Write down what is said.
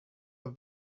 have